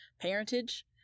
parentage